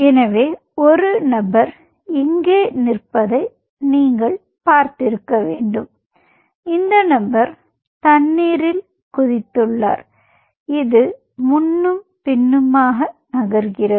எனவே ஒரு நபர் இங்கே நிற்பதை நீங்கள் பார்த்திருக்க வேண்டும் இந்த நபர் தண்ணீரில் குதித்துள்ளார் இது முன்னும் பின்னுமாக நகர்கிறது